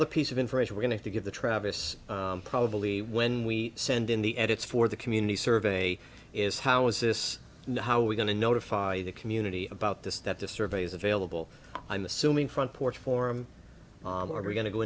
other piece of information we're going to give the travis probably when we send in the edits for the community survey is how is this how we're going to notify the community about this that the survey is available i'm assuming front porch form or we're going to go